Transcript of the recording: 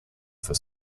for